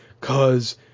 cause